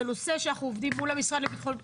זה נושא שאנחנו עובדים מול המשרד לביטחון פנים,